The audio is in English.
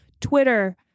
Twitter